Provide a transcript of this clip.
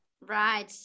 Right